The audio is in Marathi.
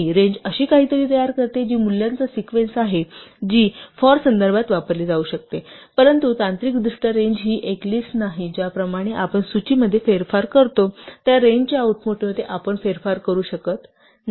रेंज अशी काहीतरी तयार करते जी मूल्यांचा सिक्वेन्स आहे जी फॉर संदर्भात वापरली जाऊ शकते परंतु तांत्रिकदृष्ट्या रेंज ही एक लिस्ट नाही ज्याप्रमाणे आपण सूचीमध्ये फेरफार करतो त्या रेंजच्या आउटपुटमध्ये आपण फेरफार करू शकत नाही